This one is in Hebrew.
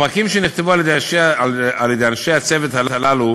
הפרקים שנכתבו על-ידי אנשי הצוות הללו